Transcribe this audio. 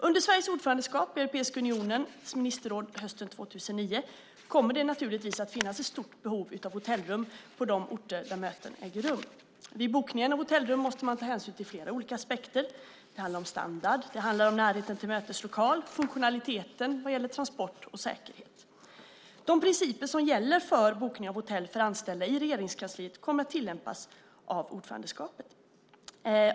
Under Sveriges ordförandeskap i Europeiska unionens ministerråd hösten 2009 kommer det att finnas behov av ett stort antal hotellrum på de orter där möten äger rum. Vid bokningen av hotellrum måste ett antal olika aspekter beaktas. Det gäller främst standarden, närheten till möteslokalen och funktionaliteten ur ett transport och säkerhetsperspektiv. De principer som gäller för bokning av hotell för anställda i Regeringskansliet kommer att tillämpas av ordförandeskapet.